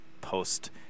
post